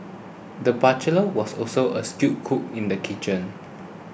the bachelor was also a skilled cook in the kitchen